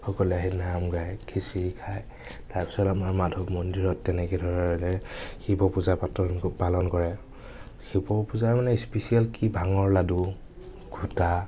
সকলোৱে আহি নাম গাই খিচিৰী খাই তাৰপিছত আমাৰ মাধৱ মন্দিৰত তেনেকৈ ধৰণে শিৱ পূজা পাতল পালন কৰে শিৱ পূজা মানে স্পিছিয়েল কি ভাঙৰ লাড়ু ঘোটা